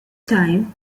time